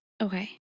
Okay